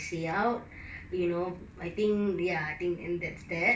say out you know I think ya I think and that's that